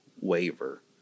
waiver